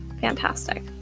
Fantastic